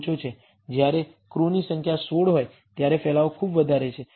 જ્યારે ક્રૂ ની સંખ્યા 16 હોય ત્યારે ફેલાવો ખૂબ વધારે હોય છે